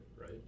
right